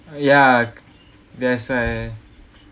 ya that's why